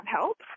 help